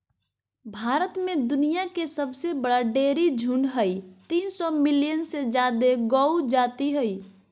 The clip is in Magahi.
भारत में दुनिया के सबसे बड़ा डेयरी झुंड हई, तीन सौ मिलियन से जादे गौ जाती हई